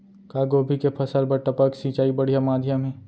का गोभी के फसल बर टपक सिंचाई बढ़िया माधयम हे?